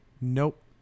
Nope